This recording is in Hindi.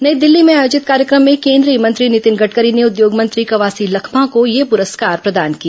नई दिल्ली में आयोजित कार्यक्रम में केंद्रीय मंत्री नितिन गडकरी ने उद्योग मंत्री कवासी लखमा को यह प्रस्कार प्रदान किया